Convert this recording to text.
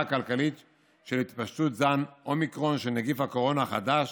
הכלכלית של התפשטות זן אומיקרון של נגיף הקורונה החדש,